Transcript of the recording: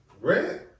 Rent